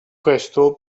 questo